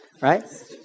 right